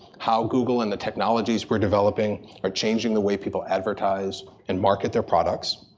how google and the technologies we're developing are changing the way people advertise and market their products.